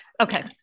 Okay